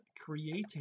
creating